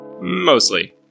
Mostly